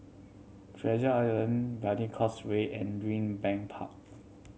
Treasure Island Brani Causeway and Greenbank Park